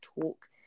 talk